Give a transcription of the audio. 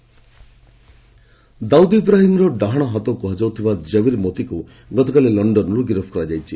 Dawood arrested Dawood ଇବ୍ରାହିମ୍ର ଡାହାଣହାତ କୁହାଯାଉଥିବା ଜବୀର ମୋତିକୁ ଗତକାଲି ଲଣ୍ଡନରୁ ଗିରଫ କରାଯାଇଛି